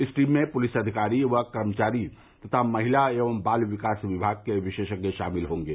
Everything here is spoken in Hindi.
इस टीम में पुलिस अधिकारी व कर्मचारी तथा महिला एवं बाल विकास विभाग के विशेषज्ञ शामिल होंगे